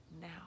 now